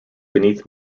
beneath